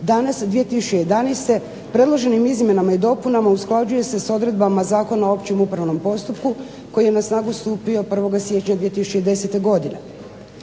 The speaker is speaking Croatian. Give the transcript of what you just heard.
Danas 2011. predloženim izmjenama i dopunama usklađuje se sa odredbama Zakona o općem upravnom postupku koji je na snagu stupio 1. siječnja 2010. godine